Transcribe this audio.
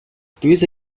böse